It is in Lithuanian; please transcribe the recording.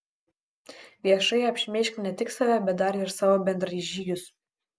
viešai apšmeižk ne tik save bet dar ir savo bendražygius